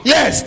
Yes